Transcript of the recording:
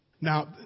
Now